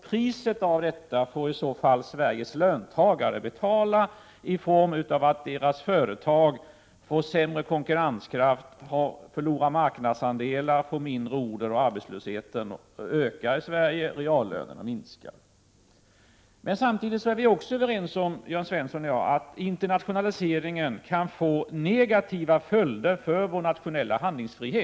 Priset för detta får i så fall Sveriges löntagare betala, i form av att deras företag får sämre konkurrenskraft, förlorar marknadsandelar och får mindre order, arbetslösheten ökar samt reallönerna minskar. Men samtidigt är Jörn Svensson och jag överens om att internationaliseringen också kan få negativa följder för vår nationella handlingsfrihet.